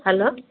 hello